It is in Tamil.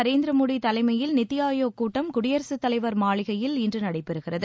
நரேந்திர மோதி தலைமையில் நித்தி ஆயோக் கூட்டம் குடியரசுத் தலைவர் மாளிகையில் இன்று நடைபெறுகிறது